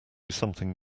something